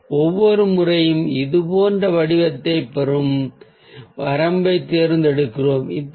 ஒவ்வொரு முறையும் இது போன்ற வடிவத்தைப் வரம்பைத் தேர்ந்தெடுக்கும் போது இது போன்ற ஒரு வடிவத்தை அது பெறுகிறது